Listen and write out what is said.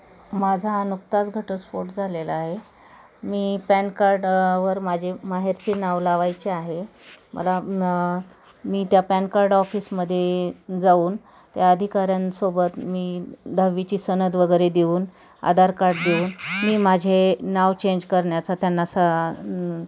माझा नुकताच घटस्फोट झालेला आहे मी पॅन कार्ड वर माझे माहेरचे नाव लावायचे आहे न मला मी त्या पॅन कार्ड ऑफिसमध्ये जाऊन त्या अधिकाऱ्यांसोबत मी दहावीची सनद वगैरे देऊन आधार कार्ड देऊन मी माझे नाव चेंज करण्याचा त्यांना स